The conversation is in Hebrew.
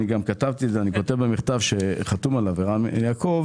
אני גם כותב במכתב שחתום עליו ערן יעקב